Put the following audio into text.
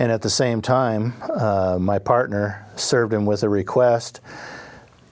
and at the same time my partner served him with a request